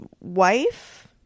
wife